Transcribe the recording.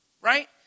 Right